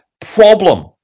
problem